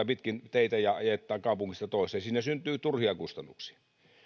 pitkin teitä ja ajattaa kaupungista toiseen siinä syntyy turhia kustannuksia